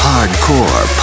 Hardcore